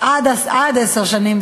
עד עשר שנים.